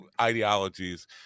ideologies